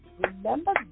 Remember